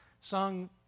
Sung